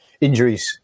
injuries